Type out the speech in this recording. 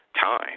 time